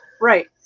Right